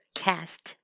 cast